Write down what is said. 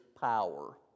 power